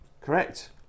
correct